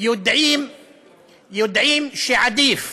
יודעים שעדיף